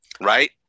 Right